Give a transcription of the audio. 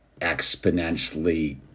exponentially